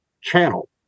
channel